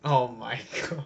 oh my god